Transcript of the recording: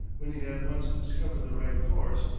when he had once discovered the right course,